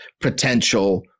potential